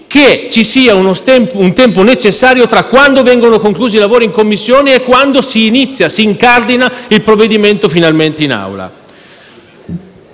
che ci sia un tempo adeguato tra quando vengono conclusi i lavori in Commissione e quando finalmente si incardina il provvedimento in Aula.